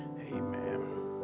Amen